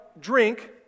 drink